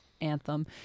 anthem